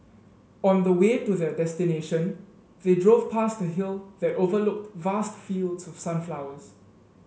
on the way to their destination they drove past a hill that overlooked vast fields of sunflowers